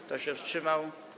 Kto się wstrzymał?